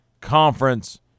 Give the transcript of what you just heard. Conference